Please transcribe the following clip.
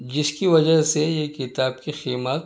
جس کی وجہ سے یہ کتاب کی قیمت